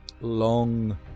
long